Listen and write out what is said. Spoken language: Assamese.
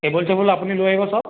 কেবুল চেবুল আপুনি লৈ আহিব চব